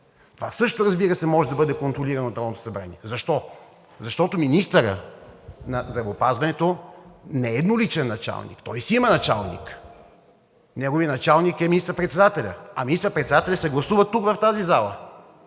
Това също, разбира се, може да бъде контролирано от Народното събрание. Защо? Защото министърът на здравеопазването не е едноличен началник, той си има началник – неговият началник е министър-председателят, а министър-председателят се гласува тук, в тази зала.